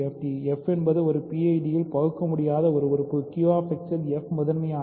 fஎன்பது ஒரு PID இல் பகுக்கமுடியாத உறுப்பு Q X இல் f முதன்மையானது